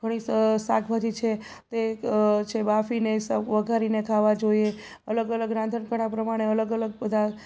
ઘણી શાકભાજી છે અ તો એક છે બાફીને વઘારીને ખાવા જોઈએ અલગ અલગ રાંધણ કળા પ્રમાણે અલગ અલગ બધા